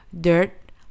Dirt